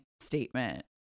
statement